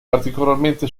particolarmente